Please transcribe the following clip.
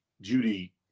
Judy